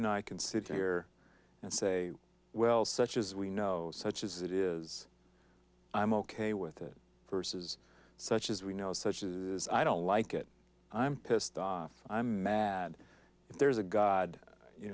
know i can sit here and say well such as we know such as it is i'm ok with it versus such as we know such as i don't like it i'm pissed off i'm mad if there's a god you